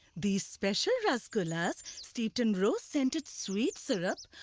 these special rasgullas, steeped in rose scented sweet syrup,